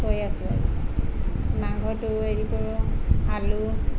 কৈ আছো আৰু মাংসটো হেৰি কৰো আলু